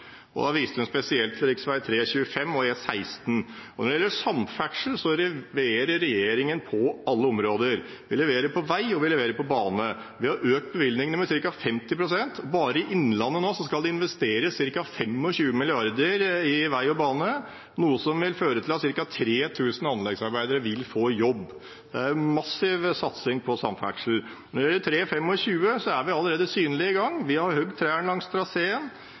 Da viste hun spesielt til rv. 3, rv. 25 og E16. Når det gjelder samferdsel, leverer regjeringen på alle områder. Vi leverer på vei, og vi leverer på bane. Vi har økt bevilgningene med ca. 50 pst. Bare i Innlandet skal det nå investeres ca. 25 mrd. kr i vei og bane, noe som vil føre til at ca. 3 000 anleggsarbeidere vil få jobb. Det er en massiv satsing på samferdsel. Når det gjelder rv. 3 og rv. 25 er vi allerede synlig i gang. Vi har hogd trærne langs traseen,